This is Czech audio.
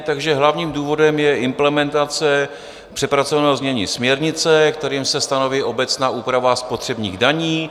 Takže hlavním důvodem je implementace přepracovaného znění směrnice, kterým se stanoví obecná úprava spotřebních daní.